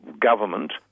government